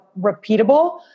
repeatable